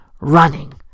running